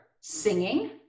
Singing